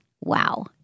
Wow